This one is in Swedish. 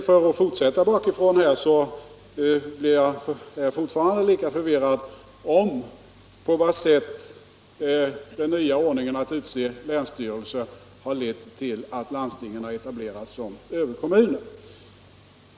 För att fortsätta bakifrån vill jag säga att jag fortfarande känner lika stor förvirring i fråga om på vad sätt den nya ordningen att utse länsstyrelse har lett till att landstingen har etablerat sig som överkommuner.